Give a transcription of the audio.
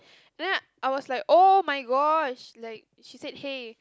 then I was like oh-my-god she like she said hey